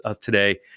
today